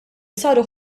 saru